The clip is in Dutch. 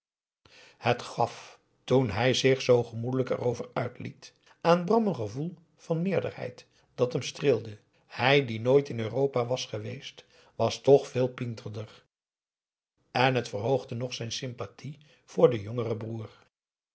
het gaf toen hij zich zoo gemoedelijk erover uitliet aan bram een gevoel van meerderheid dat hem streelde hij die nooit in europa was geweest was toch veel pinterder en het verhoogde nog zijn sympathie voor den jongeren broer